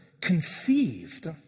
conceived